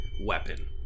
weapon